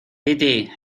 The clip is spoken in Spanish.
piti